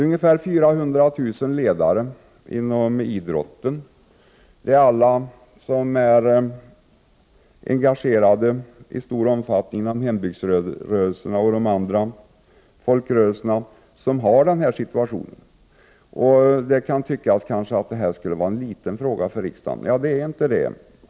Ungefär 400 000 ledare inom idrotten, de som är engagerade i hembygdsrörelsen och andra folkrörelser har den här situationen. Det kan tyckas att detta är en liten fråga för riksdagen, men det är den inte.